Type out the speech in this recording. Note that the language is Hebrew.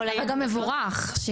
גם מבורך.